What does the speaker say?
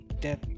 Death